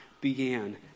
began